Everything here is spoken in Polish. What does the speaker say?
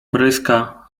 pryska